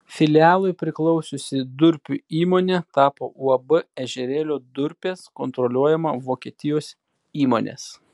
filialui priklausiusi durpių įmonė tapo uab ežerėlio durpės kontroliuojama vokietijos įmonės